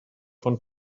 von